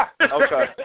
Okay